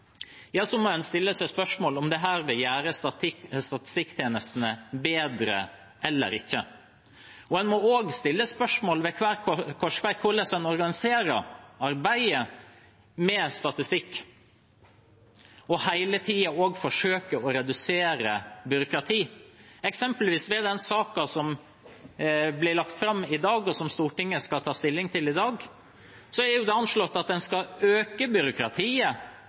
må en stille seg spørsmålet om dette vil gjøre statistikktjenestene bedre eller ikke. En må også stille spørsmål ved hver korsvei om hvordan en organiserer arbeidet med statistikk, og hele tiden også forsøke å redusere byråkrati. Eksempelvis – ved den saken som Stortinget skal ta stilling til i dag, er det anslått at en skal øke byråkratiet